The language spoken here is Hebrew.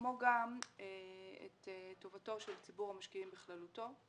כמו גם את טובתו של ציבור המשקיעים בכללותו.